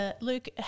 Luke